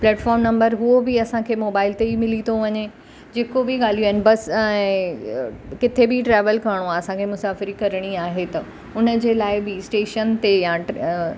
platform number हुओ बि असांखे मोबाइल ते ई मिली थो वञे जेको बि ॻाल्हियूं आहिनि बस ऐं किथे बि ट्रेवल करिणो आहे असांखे मुसाफ़िरी करिणी आहे त हुन जे लाइ बि स्टेशन ते या